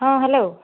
ହଁ ହ୍ୟାଲୋ